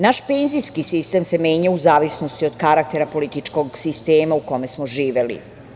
Naš penzijski sistem se menjao u zavisnosti od karaktera političkog sistema u kome smo živeli.